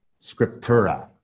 scriptura